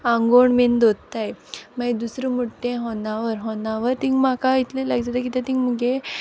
आंगवोण बीन दोत्ताय मागी दुसर मूठ तें होनावर होनावर तींग म्हाका इतलें लायक जाता कित्या तींग मुगे